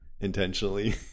intentionally